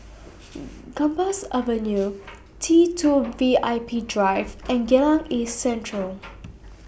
Gambas Avenue T two V I P Drive and Geylang East Central